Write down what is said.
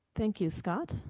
thank you. scott?